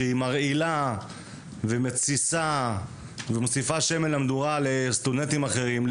שהיא מרעילה ומתסיסה ומוסיפה שמן למדורה לסטודנטים אחרים,